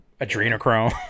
adrenochrome